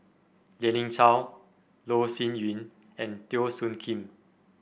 Lien Ying Chow Loh Sin Yun and Teo Soon Kim